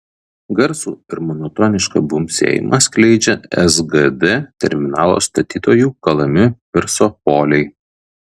garsų ir monotonišką bumbsėjimą skleidžia sgd terminalo statytojų kalami pirso poliai